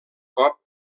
cop